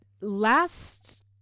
last